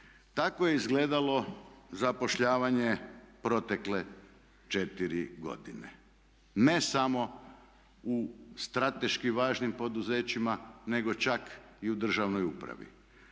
Tako je izgledalo zapošljavanje protekle 4 godine ne samo u strateški važnim poduzećima nego čak i u državnoj upravi.